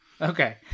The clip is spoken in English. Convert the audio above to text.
Okay